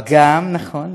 גם, נכון.